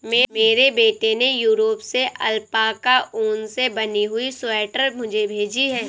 मेरे बेटे ने यूरोप से अल्पाका ऊन से बनी हुई स्वेटर मुझे भेजी है